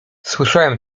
słyszałem